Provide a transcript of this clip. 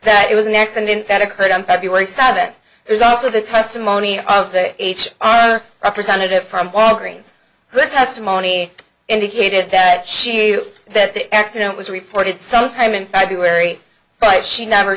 that it was an accident that occurred on february seventh there's also the testimony of the h representative from walgreens whose testimony indicated that she was that the accident was reported sometime in february but she never